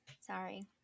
Sorry